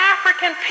African